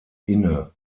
inne